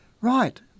Right